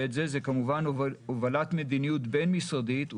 אותו זה הובלת מדיניות בין-משרדית,